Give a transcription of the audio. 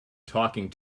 talking